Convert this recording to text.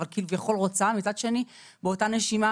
אבל כביכול רוצה ומצד שני באותה נשימה